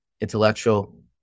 intellectual